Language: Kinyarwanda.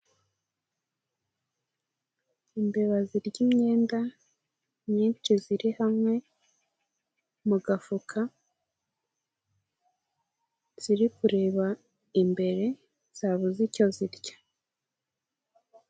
Imbeba zirya imyenda nyinshi ziri hamwe mu gafuka ziri kureba imbere zabuze icyo zirya.